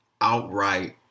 outright